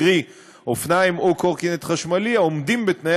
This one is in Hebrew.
קרי אופניים או קורקינט חשמליים העומדים בתנאי